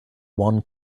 one